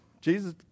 Jesus